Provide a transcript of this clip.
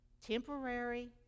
Temporary